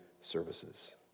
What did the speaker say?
services